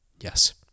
Yes